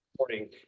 morning